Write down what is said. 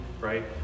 right